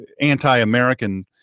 anti-American